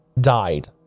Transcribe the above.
died